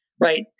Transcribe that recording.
right